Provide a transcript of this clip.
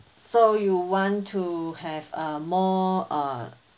so you want to have a more uh